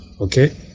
Okay